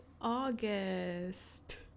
August